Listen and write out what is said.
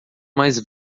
mais